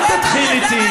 אז למה אנחנו הבעיה שלך,